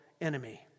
enemy